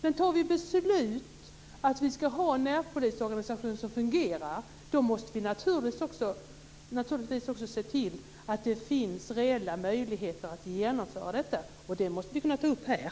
Men fattar vi beslut om att vi ska ha en närpolisorganisation som fungerar måste vi naturligtvis också se till att det finns reella möjligheter att genomföra detta, och det måste vi kunna ta upp här.